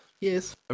Yes